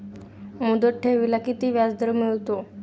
मुदत ठेवीला किती व्याजदर मिळतो?